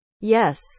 Yes